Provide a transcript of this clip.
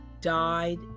died